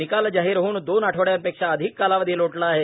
निकाल जाहीर होऊन दोन आठवडयांपेक्षा अधिक कालावधी लोटला आहे